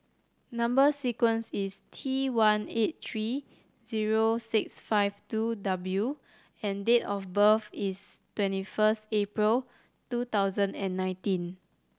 number sequence is T one eight three zero six five two W and date of birth is twenty first April two thousand and nineteen